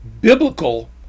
biblical